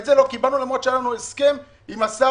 את זה לא קיבלנו למרות שהיה לנו הסכם עם השר